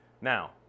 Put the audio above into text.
Now